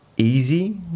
easy